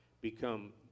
become